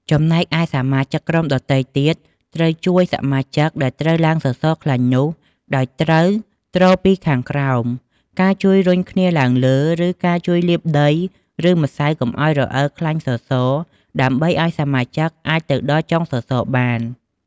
ចំណែកឯសមាជិកក្រុមដទៃទៀត ត្រូវជួយសមាជិកដែលត្រូវឡើងសសរខ្លាញ់នោះ ដោយត្រូវទ្រពីខាងក្រោម ការជួយរុញគ្នាឡើងលើ ឬការជួយលាបដីឬម្រៅកុំអោយរអិលខ្លាញ់សសរ ដើម្បីឱ្យសមាជិកអាចទៅដល់ចុងសសរបាន។